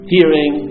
Hearing